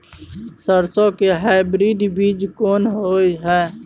सरसो के हाइब्रिड बीज कोन होय है?